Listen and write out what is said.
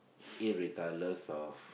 irregardless of